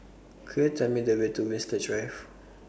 Could YOU Tell Me The Way to Winstedt Drive